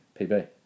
PB